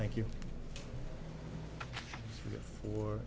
thank you or